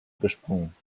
gesprungen